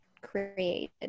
created